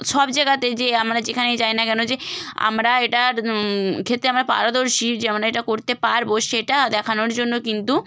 সব জায়গাতে যে আমরা যেখানেই যাই না কেন যে আমরা এটার ক্ষেত্রে আমরা পারদর্শী যে আমরা এটা করতে পারব সেটা দেখানোর জন্য কিন্তু